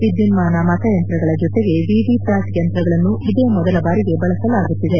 ವಿದ್ಯುನ್ನಾನ ಮತಯಂತ್ರಗಳ ಜತೆಗೆ ವಿವಿಪ್ಣಾಟ್ ಯಂತ್ರಗಳನ್ನೂ ಇದೇ ಮೊದಲ ಬಾರಿಗೆ ಬಳಸಲಾಗುತ್ತಿದೆ